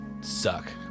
suck